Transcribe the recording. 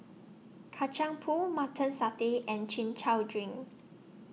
Kacang Pool Mutton Satay and Chin Chow Drink